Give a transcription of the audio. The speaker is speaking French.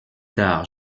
tard